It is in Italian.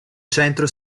centro